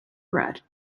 bread